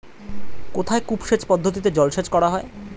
কোথায় কূপ সেচ পদ্ধতিতে জলসেচ করা হয়?